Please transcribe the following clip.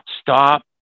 stop